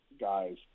guys